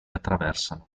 attraversano